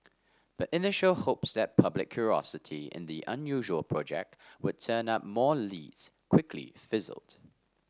but initial hopes that public curiosity in the unusual project would turn up more leads quickly fizzled